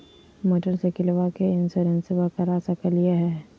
मोटरसाइकिलबा के भी इंसोरेंसबा करा सकलीय है?